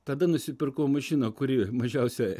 tada nusipirkau mašiną kuri mažiausia